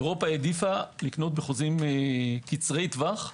אירופה העדיפה לקנות בחוזים קצרי טווח.